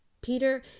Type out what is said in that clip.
Peter